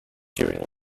during